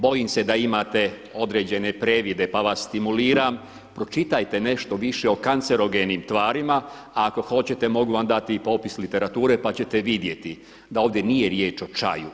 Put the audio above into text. Bojim se da imate određene previde pa vas stimuliram, pročitajte nešto više o kancerogenim tvarima, a ako hoćete mogu vam dati i popis literature pa ćete vidjeti da ovdje nije riječ o čaju.